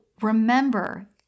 remember